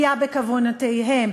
פגיעה בכוונותיהם,